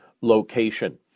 location